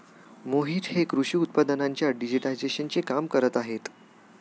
मोहित हे कृषी उत्पादनांच्या डिजिटायझेशनचे काम करत आहेत